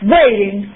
waiting